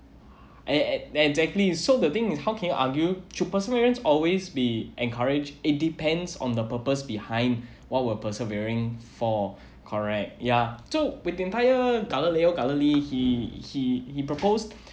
e~ exactly so the thing is how can you argue should perseverance always be encouraged it depends on the purpose behind what we're persevering for correct ya too with galileo galilei he he he proposed